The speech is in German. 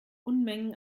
unmengen